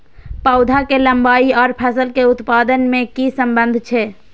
पौधा के लंबाई आर फसल के उत्पादन में कि सम्बन्ध छे?